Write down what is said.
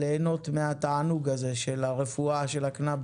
ליהנות מהתענוג הזה של הרפואה של הקנביס.